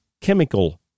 chemical